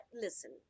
listen